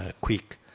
quick